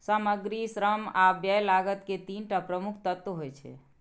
सामग्री, श्रम आ व्यय लागत के तीन टा प्रमुख तत्व होइ छै